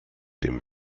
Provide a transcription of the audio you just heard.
dem